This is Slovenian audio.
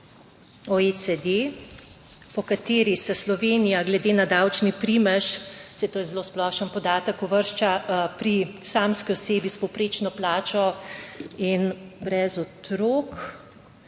OECD, po kateri se Slovenija glede na davčni primež, saj to je zelo splošen podatek, uvršča pri samski osebi s povprečno plačo in brez otrok: